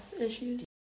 issues